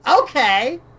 Okay